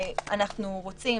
אנחנו רוצים